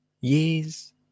years